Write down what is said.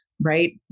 right